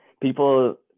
people